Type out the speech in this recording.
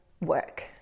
work